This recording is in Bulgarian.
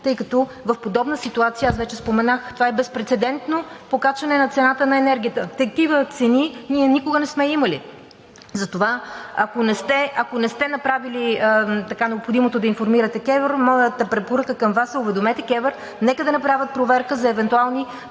тъй като в подобна ситуация, аз вече споменах, това е безпрецедентно покачване на цената на енергията. Такива цени ние никога не сме имали! Затова, ако не сте направили необходимото да информирате КЕВР, моята препоръка към Вас е – уведомете КЕВР, нека да направят проверка за евентуални